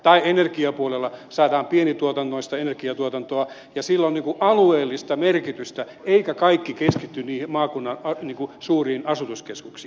tai energiapuolella saadaan pienituotantoista energiatuotantoa ja sillä on alueellista merkitystä eikä kaikki keskity niihin maakunnan suuriin asutuskeskuksiin